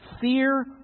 fear